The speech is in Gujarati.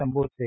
સંબોધશે